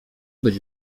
być